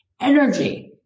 Energy